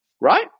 right